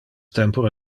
tempore